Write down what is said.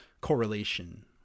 correlation